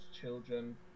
children